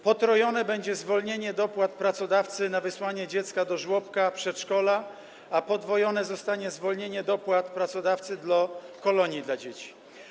Potrojone zostanie zwolnienie dopłat pracodawcy na wysłanie dziecka do żłobka, przedszkola, a podwojone zostanie zwolnienie dopłat pracodawcy do kolonii dla dzieci.